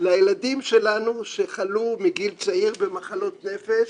לילדים שלנו שחלו מגיל צעיר במחלות נפש,